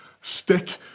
Stick